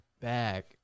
back